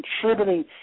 contributing